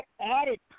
added